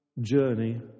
journey